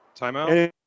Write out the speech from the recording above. Timeout